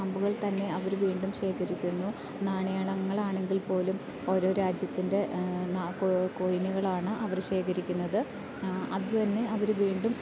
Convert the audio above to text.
സ്റ്റാമ്പുകൾത്തന്നെ അവർ വീണ്ടും ശേഖരിക്കുന്നു നാണയണങ്ങൾ ആണെങ്കിൽ പോലും ഓരോ രാജ്യത്തിൻ്റെ കോയിനുകളാണ് അവർ ശേഖരിക്കുന്നത് അത് തന്നെ അവർ വീണ്ടും